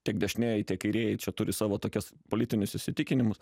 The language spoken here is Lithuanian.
tiek dešinieji tiek kairieji čia turi savo tokias politinius įsitikinimus